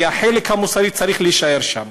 כי החלק המוסרי צריך להישאר שם.